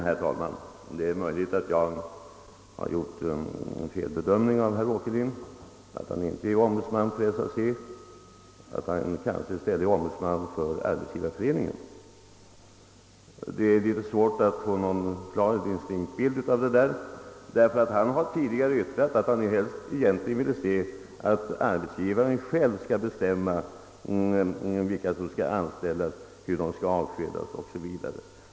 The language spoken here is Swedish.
Herr talman! Det är möjligt att jag har felbedömt herr Åkerlind. Han kanske inte är ombudsman för SAC, utan i stället för Arbetsgivareföreningen. Det är litet svårt att få någon klar och distinkt bild härav. Herr Åkerlind har ju tidigare yttrat att han egentligen helst ser att arbetsgivaren själv skall bestämma vilka som skall anställas, hur de skall avskedas o. s. v.